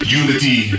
unity